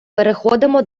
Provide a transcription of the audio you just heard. переходимо